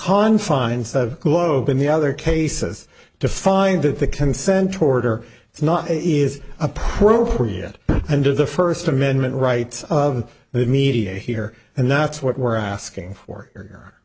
confines of globe in the other cases to find that the consent toward or it's not is appropriate and of the first amendment rights of the media here and that's what we're asking for